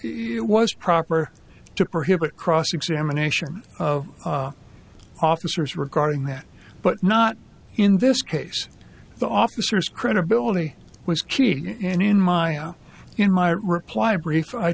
it was proper to prohibit cross examination of officers regarding that but not in this case the officer's credibility was key and in my in my reply brief i